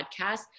podcast